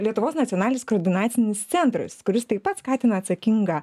lietuvos nacionalinis koordinacinis centras kuris taip pat skatina atsakingą